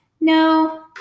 No